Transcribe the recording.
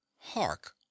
Hark